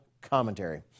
commentary